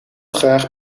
graag